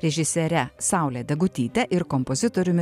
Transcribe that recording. režisiere saule degutyte ir kompozitoriumi